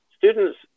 Students